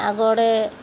ଆଗ ଆଡ଼େ